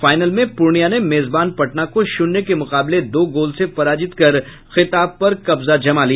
final में पूर्णिया ने मेजबान पटना को शून्य के मुकाबले दो गोल से पराजित कर खिताब पर कब्जा जमाया